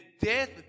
death